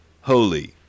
holy